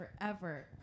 forever